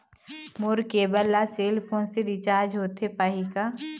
मोर cable ला cell phone से recharge होथे पाही का?